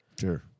Sure